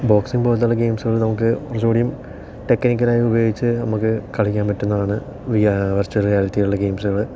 boxing പോലത്തെ ഗെയിംസുകൾ നമുക്ക് കുറച്ചും കൂടി ടെക്നിക്കലായി ഉപയോഗിച്ച് നമുക്ക് കളിയ്ക്കാൻ പറ്റുന്നതാണ് വി ആർ വിർച്വൽ റിയാലിറ്റികളുടെ ഗൈയിംസുകൾ